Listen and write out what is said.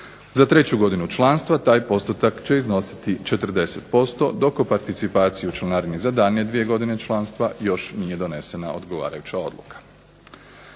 Za treću godinu članstva taj postotak će iznositi 40% dok u participaciji u članarini za daljnje dvije godine članstva još nije donesena odluka.